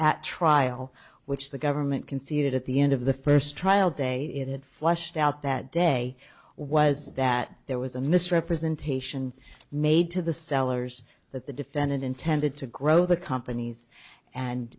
at trial which the government conceded at the end of the first trial day it had flushed out that day was that there was a misrepresentation made to the sellers that the defendant intended to grow the companies and